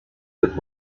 that